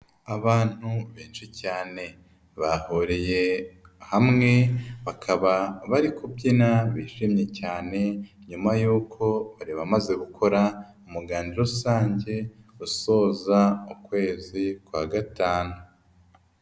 Abantu benshi cyane, bahuriye hamwe, bakaba bari kubyina bishimye cyane nyuma y'uko bari bamaze gukora umuganda rusange usoza ukwezi kwa gatanu.